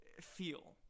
feel